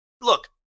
Look